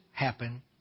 happen